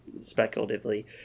speculatively